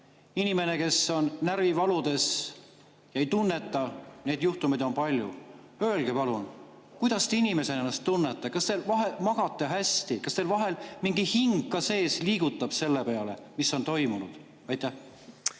Inimene, kes on närvivaludes, ei tunneta ... Neid juhtumeid on palju. Öelge palun, kuidas te inimesena ennast tunnete. Kas te magate hästi? Kas teil vahel hing ka sees liigutab selle peale, mis on toimunud? Aitäh,